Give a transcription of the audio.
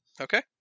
Okay